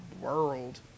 world